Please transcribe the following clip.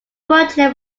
project